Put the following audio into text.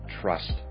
trust